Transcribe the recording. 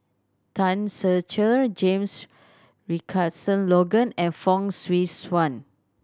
Tan Ser Cher James Richardson Logan and Fong Swee Suan